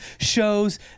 shows